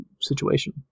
situation